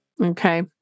okay